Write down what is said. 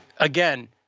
Again